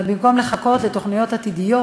אבל במקום לחכות לתוכניות עתידיות,